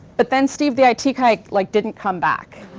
but then steve the i t. guy like didn't come back.